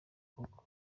koko